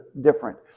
different